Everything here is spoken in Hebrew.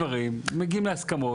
גודל האירוע,